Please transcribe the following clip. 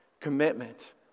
Commitment